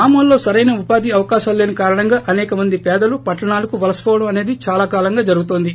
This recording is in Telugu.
గ్రామాల్లో సరైన ఉపాధి అవకాశాలులేని కారణంగా అనేక మంది పేదలు పట్లణాలకు వలసపోవడం అసేది దాలాకాలంగా జరుగుతోంది